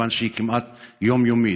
מכיוון שהיא כמעט יומיומית.